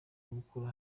umukuru